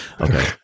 Okay